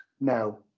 no